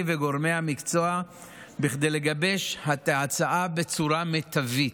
וגורמי המקצוע כדי לגבש את ההצעה בצורה מיטבית.